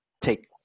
take –